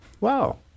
Wow